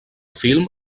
film